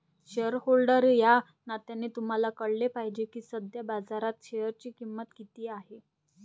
shareholder या नात्याने तुम्हाला कळले पाहिजे की सध्या बाजारात शेअरची किंमत किती आहे